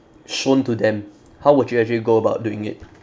shown to them how would you actually go about doing it